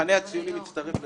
המחנה הציוני מצטרף להסתייגויות.